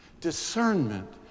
Discernment